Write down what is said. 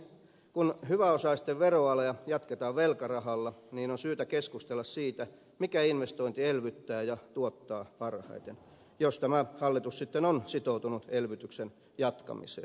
kun hyväosaisten veroalea jatketaan velkarahalla niin on syytä keskustella siitä mikä investointi elvyttää ja tuottaa parhaiten jos tämä hallitus sitten on sitoutunut elvytyksen jatkamiseen